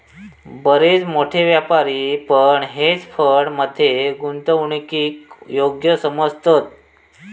बरेच मोठे व्यापारी पण हेज फंड मध्ये गुंतवणूकीक योग्य समजतत